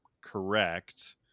correct